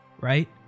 right